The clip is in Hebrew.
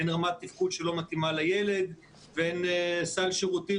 הן רמת תפקוד שלא מתאימה לילד והן סל שירותים